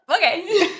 Okay